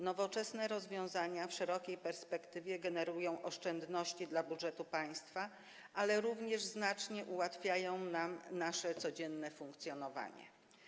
Nowoczesne rozwiązania w szerokiej perspektywie generują oszczędności dla budżetu państwa, ale również znacznie ułatwiają nam nasze codzienne funkcjonowanie.